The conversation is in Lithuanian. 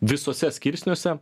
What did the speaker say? visuose skirsniuose